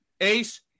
Ace